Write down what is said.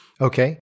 okay